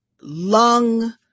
lung